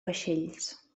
vaixells